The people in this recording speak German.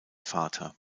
vater